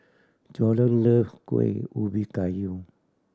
Jorden love Kuih Ubi Kayu